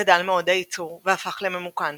גדל מאוד הייצור והפך לממוכן.